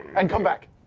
and come back!